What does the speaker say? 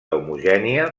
homogènia